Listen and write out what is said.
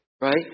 Right